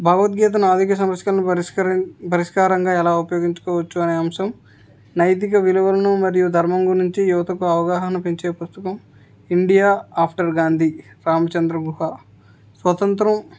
భగవద్గీతను ఆర్థిక సంస్కరణలను పరిష్కరి పరిష్కారంగా ఎలా ఉపయోగించుకోవచ్చు అనే అంశం నైతిక విలువలను మరియు ధర్మం గురించి యువతకు అవగాహన పెంచే పుస్తకం ఇండియా ఆఫ్టర్ గాంధీ రామచంద్ర గుహ స్వతంత్రం